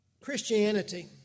Christianity